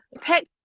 pick